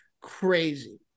crazy